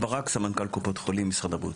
סמנכ"ל קופות חולים, משרד הבריאות.